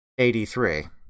83